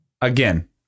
again